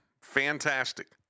Fantastic